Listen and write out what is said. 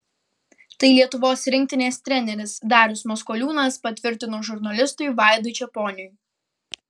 tai lietuvos rinktinės treneris darius maskoliūnas patvirtino žurnalistui vaidui čeponiui